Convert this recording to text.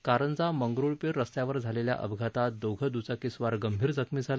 कारंजा मंगरुळपिर रस्त्यावर झालेल्या अपघातात दोघे दुचाकीस्वार गंभीर जखमी झाले